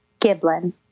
Giblin